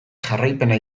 jarraipena